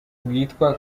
bwitwa